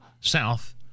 South